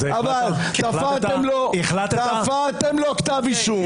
אבל תפרתם לו כתב אישום.